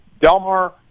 Delmar